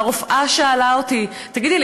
הרופאה שאלה אותי: תגידי,